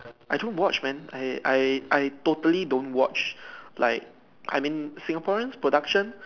I don't watch man I I I totally don't watch like I mean Singaporean production